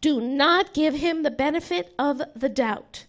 do not give him the benefit of the doubt